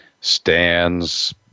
stands